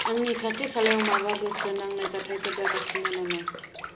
आंनि खाथि खालायाव माबा गोसो नांनाय जाथायफोर जागासिनो नामा